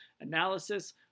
analysis